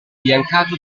sbiancato